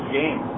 game